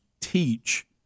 teach